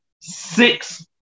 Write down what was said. six